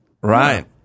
Right